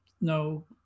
no